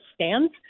stands